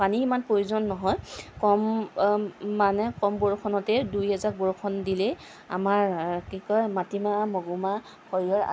পানী ইমান প্ৰয়োজন নহয় কম মানে কম বৰষুণতেই দুই এজাক বৰষুণ দিলেই আমাৰ কি কয় মাটিমাহ মগুমাহ